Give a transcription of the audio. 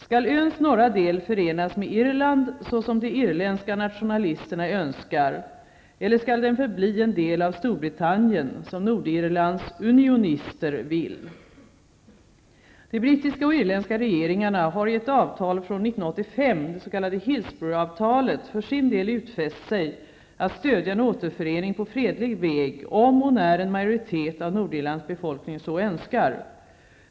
Skall öns norra del förenas med Irland, såsom de irländska nationalisterna önskar? Eller skall den förbli en del av Storbritannien, som Nordirlands unionister vill? De brittiska och irländska regeringarna har i ett avtal från 1985, det s.k. Hillsborough-avtalet, för sin del utfäst sig att stödja en återförening på fredlig väg om och när en majoritet av Nordirlands befolkning så önskar.